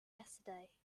yesterday